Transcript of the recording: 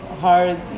hard